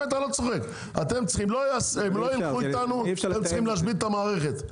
הם צריכים להשבית את המערכת.